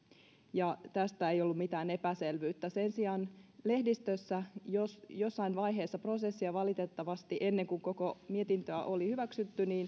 ja tästä ei ollut mitään epäselvyyttä sen sijaan lehdistössä jossain vaiheessa prosessia valitettavasti ennen kuin koko mietintöä oli hyväksytty